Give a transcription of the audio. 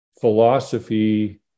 philosophy